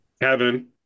Kevin